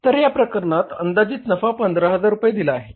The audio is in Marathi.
तर या प्रकरणात अंदाजित नफा 15000 रुपये दिला आहे